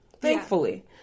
Thankfully